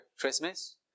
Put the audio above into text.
Christmas